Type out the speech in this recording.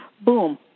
Boom